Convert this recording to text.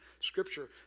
scripture